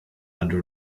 under